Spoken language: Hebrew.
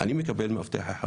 אני מקבל לבית הספר הזה מאבטח אחד